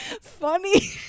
funny